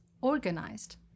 organized